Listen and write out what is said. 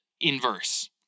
inverse